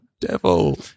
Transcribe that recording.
Devil